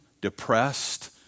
depressed